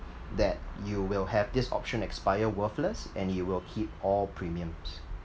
that you will have this option expire worthless and you will keep all premiums